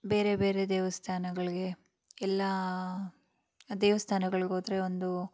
ಬೇರೆ ಬೇರೆ ದೇವಸ್ಥಾನಗಳ್ಗೆ ಎಲ್ಲ ದೇವಸ್ಥಾನಗಳ್ಗೋದ್ರೆ ಒಂದು